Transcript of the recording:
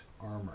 armor